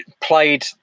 played